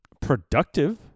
productive